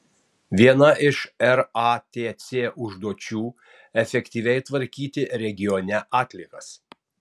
viena iš ratc užduočių efektyviai tvarkyti regione atliekas